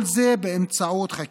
כל זה באמצעות חקיקה,